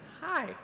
Hi